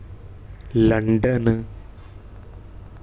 London